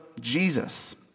Jesus